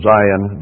Zion